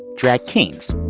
drag kings.